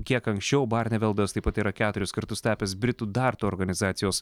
kiek anksčiau barneveldas taip pat yra keturis kartus tapęs britų dartų organizacijos